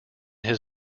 his